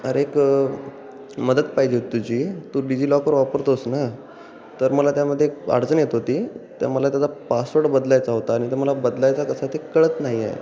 अरे एक मदत पाहिजे होती तुझी तू डिजिलॉकर वापरतोस ना तर मला त्यामध्ये एक अडचण येत होती त्या मला त्याचा पासवर्ड बदलायचा होता आणि तो मला बदलायचा कसा ते कळत नाही आहे